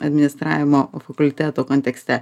administravimo fakulteto kontekste